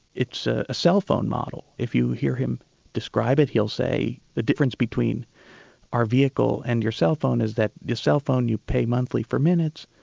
it's a cell phone model. if you hear him describe it, he'll say, the difference between our vehicle and your cell phone is that your cell phone you pay monthly for minutes,